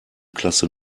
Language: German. klasse